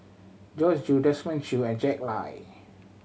Joyce Jue Desmond Choo and Jack Lai